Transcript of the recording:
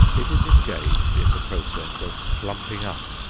it is engaged in the process of plumping up.